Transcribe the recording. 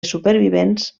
supervivents